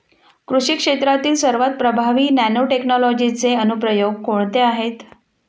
कृषी क्षेत्रातील सर्वात प्रभावी नॅनोटेक्नॉलॉजीचे अनुप्रयोग कोणते आहेत?